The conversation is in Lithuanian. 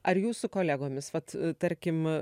ar jūs su kolegomis vat tarkim